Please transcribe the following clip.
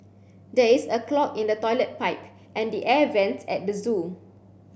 there is a clog in the toilet pipe and the air vents at the zoo